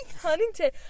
Huntington